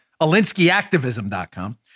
AlinskyActivism.com